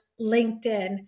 LinkedIn